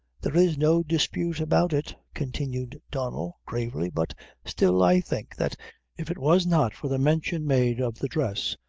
there is no dispute about it, continued donnel, gravely but still i think, that if it was not for the mention made of the dress,